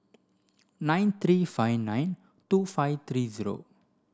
nine three five nine two five three zero